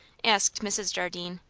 asked mrs. jardine.